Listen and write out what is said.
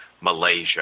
Malaysia